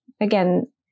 again